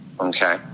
Okay